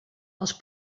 els